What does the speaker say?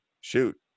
shoot